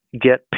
get